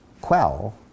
quell